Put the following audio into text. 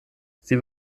sie